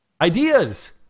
ideas